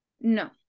no